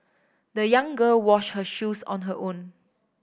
the young girl washed her shoes on her own